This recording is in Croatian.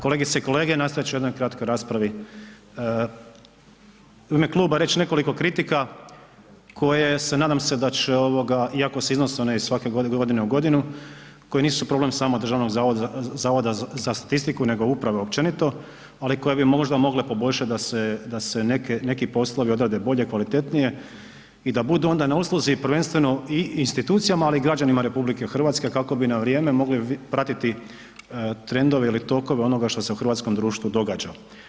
Kolegice i kolege, nastojat ću u jednoj kratkoj raspravi u ime kluba reći nekoliko kritika koje se, nadam se da će ovoga, iako se iznose one i svake godine u godinu, koje nisu problem samo Državnog zavoda za statistiku nego uprave općenito, ali koje bi možda mogle poboljšati da se neki poslovi odrade bolje, kvalitetnije i da budu onda na usluzi prvenstveno i institucijama, ali i građanima RH kako bi na vrijeme mogli pratiti trendove ili tokove onoga što se u hrvatskom društvu događa.